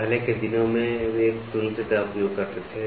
पहले के दिनों में वे एक तुलनित्र का उपयोग करते थे